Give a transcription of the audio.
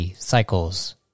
cycles